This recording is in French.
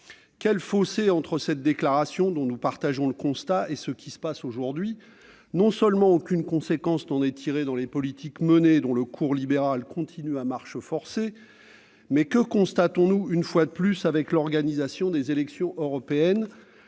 Quel fossé entre cette déclaration, dont nous partageons le constat, et ce qui se passe aujourd'hui ! Non seulement aucune conséquence n'est tirée de ce diagnostic dans les politiques menées, dont le cours libéral continue à marche forcée, mais que constatons-nous, une fois de plus, avec l'organisation des élections européennes ?